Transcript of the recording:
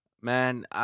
man